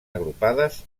agrupades